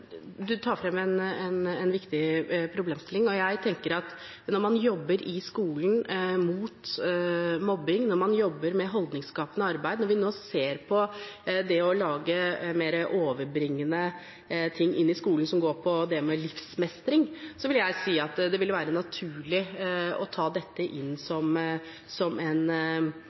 tar frem en viktig problemstilling. Jeg tenker at når man jobber i skolen mot mobbing, når man jobber med holdningsskapende arbeid, når vi nå ser på det mer overgripende som går på livsmestring, vil jeg si at det vil være naturlig å ta dette inn i skolen som